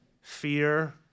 fear